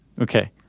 Okay